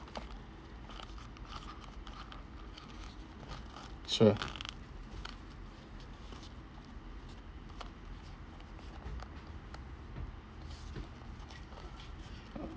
sure